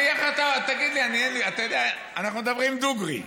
תגיד לי, אתה יודע, אנחנו מדברים דוגרי.